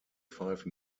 five